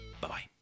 Bye-bye